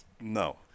No